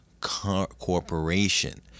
corporation